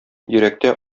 йөрәктә